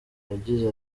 yagize